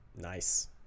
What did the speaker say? nice